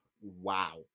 Wow